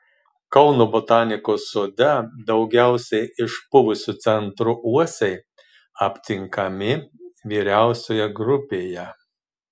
kauno botanikos sode daugiausiai išpuvusiu centru uosiai aptinkami vyriausioje grupėje